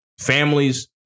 families